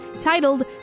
titled